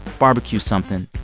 barbecue something.